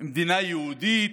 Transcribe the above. מדינה יהודית,